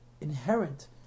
inherent